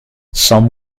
some